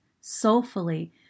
soulfully